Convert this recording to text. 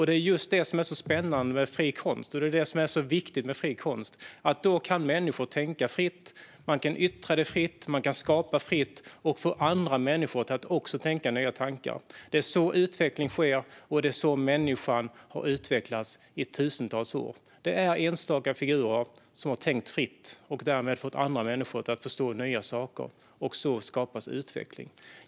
Det är just det som är så spännande och viktigt med fri konst: Människor kan tänka fritt, yttra det fritt och skapa fritt. Man kan få andra människor att också tänka nya tankar. Det är så utveckling sker, och det är så människan har utvecklats i tusentals år. Det är enstaka figurer som har tänkt fritt och därmed fått andra människor att förstå nya saker. Så skapas utveckling.